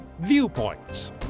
Viewpoints